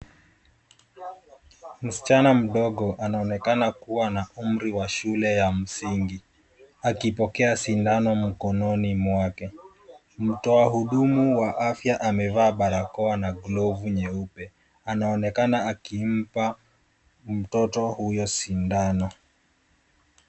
Msichana mdogo anaonekana kuwa na umri wa shule ya msingi, akipokea sindano mkononi mwake. Mtoa hudumu wa afya amevaa barakoa na glovu nyeupe. Anaonekana akimpa mtoto huyo sindano.